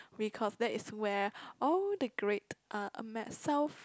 because that is where all the great uh ame~ south